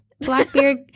Blackbeard